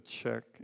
check